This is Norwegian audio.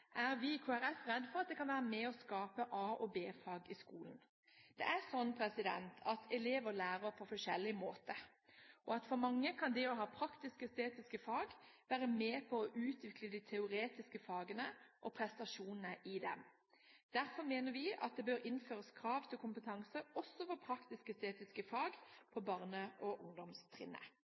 er vi i Kristelig Folkeparti redde for at det kan være med og skape a- og b-fag i skolen. Elever lærer på forskjellig måte. For mange kan det å ha praktisk-estetiske fag være med på å utvikle de teoretiske fagene og prestasjonene i dem. Derfor mener vi at det bør innføres krav til kompetanse også for praktisk-estetiske fag på barne- og ungdomstrinnet.